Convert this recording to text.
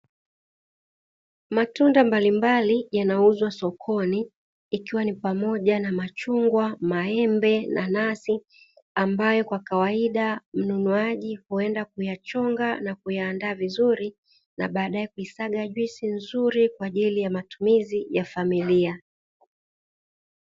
Matunda mbalimbali yanauzwa sokoni ikiwa ni pamoja na machungwa, maembe, nanasi ambayo kwa kawaida mnunuaji huenda kuyachonga na kuyaandaa vizuri na baadaye kisaga juisi nzuri kwa ajili ya matumizi ya familia.